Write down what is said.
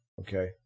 okay